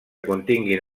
continguin